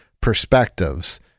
perspectives